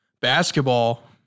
Basketball